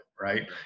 Right